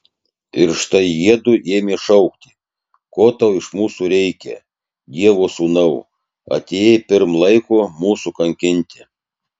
ir štai jiedu ėmė šaukti ko tau iš mūsų reikia dievo sūnau atėjai pirm laiko mūsų kankinti